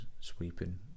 sweeping